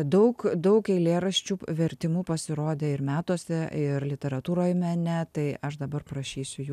daug daug eilėraščių vertimų pasirodė ir metuose ir literatūroj mene tai aš dabar parašysiu jų